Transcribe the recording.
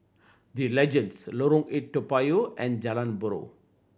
The Legends Lorong Eight Toa Payoh and Jalan Buroh